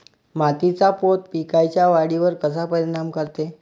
मातीचा पोत पिकाईच्या वाढीवर कसा परिनाम करते?